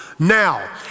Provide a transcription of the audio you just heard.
Now